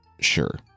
Sure